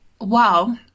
Wow